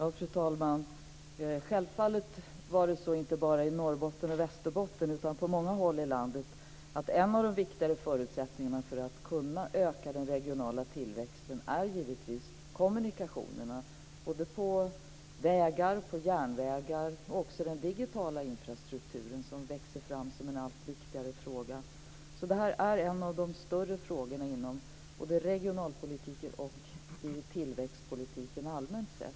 Fru talman! Det är självfallet så på många håll i landet, inte bara i Norrbotten och Västerbotten, att en av de viktigare förutsättningarna för att kunna öka den regionala tillväxten är kommunikationerna på vägar och järnvägar. Och även den digitala infrastrukturen växer fram som en allt viktigare fråga. Detta är en av de större frågorna inom regionalpolitiken och i tillväxtpolitiken allmänt sett.